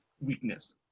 weakness